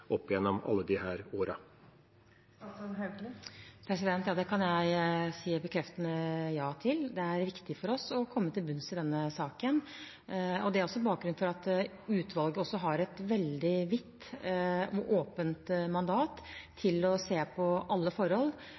opp gjennom alle disse årene. Ja, det kan jeg si et bekreftende ja til. Det er viktig for oss å komme til bunns i denne saken. Det er også bakgrunnen for at utvalget har et veldig vidt og åpent mandat til å se på alle forhold